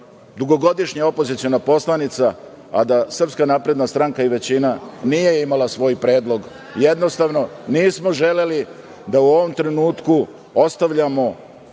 dugogodišnja opoziciona poslanica, a da SNS i većina nije imala svoj predlog. Jednostavno, nismo želeli da u ovom trenutku ostavljamo